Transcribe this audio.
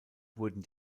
wurden